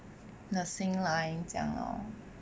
nursing line 这样 lor